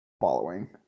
following